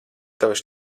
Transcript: tavas